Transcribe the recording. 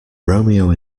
romeo